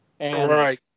Right